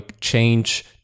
change